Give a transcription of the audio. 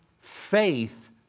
Faith